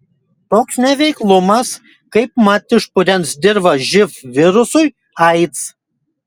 toks neveiklumas kaipmat išpurens dirvą živ virusui aids